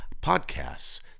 podcasts